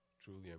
truly